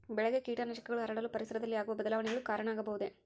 ಬೆಳೆಗೆ ಕೇಟನಾಶಕಗಳು ಹರಡಲು ಪರಿಸರದಲ್ಲಿ ಆಗುವ ಬದಲಾವಣೆಗಳು ಕಾರಣ ಆಗಬಹುದೇ?